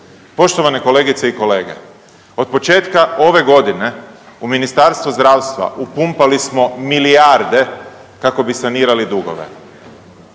Poštovane kolegice i kolege, od početka ove godine u Ministarstvo zdravstva upumpali smo milijarde kako bi sanirali dugove,